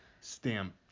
stamp